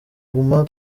guma